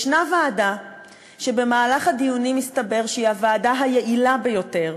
ישנה ועדה שבמהלך הדיונים הסתבר שהיא הוועדה היעילה ביותר,